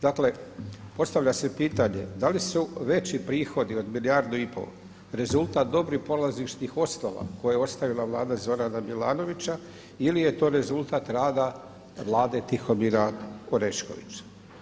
Dakle, postavlja se pitanje da li su veći prihodi od 1,5 milijardu rezultat dobrih polazišnih osnova koje je ostavila Vlada Zorana Milanovića ili je to rezultat rada Vlade Tihomira Oreškovića?